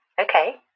okay